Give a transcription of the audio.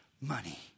money